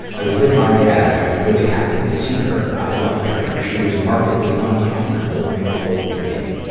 i was with my dad. i was really happy to see her. i loved her. she was markedly uncomfortable and cold to me.